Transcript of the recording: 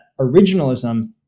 originalism